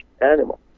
animal